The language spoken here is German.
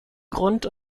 grund